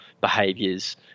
behaviors